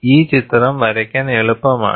ഈ ചിത്രം വരയ്ക്കാൻ എളുപ്പമാണ്